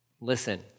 listen